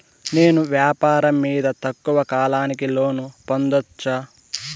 నేను వ్యాపారం మీద తక్కువ కాలానికి లోను పొందొచ్చా?